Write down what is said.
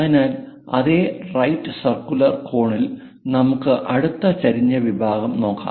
അതിനാൽ അതേ right circular cone ൽ നമുക്ക് അടുത്ത ചെരിഞ്ഞ വിഭാഗം നോക്കാം